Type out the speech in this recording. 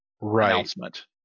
announcement